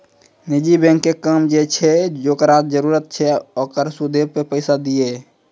निजी बैंको के काम छै जे जेकरा जरुरत छै ओकरा सूदो पे पैसा दिये